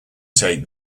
take